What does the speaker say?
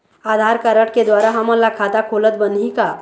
आधार card के द्वारा हमन ला खाता खोलत बनही का?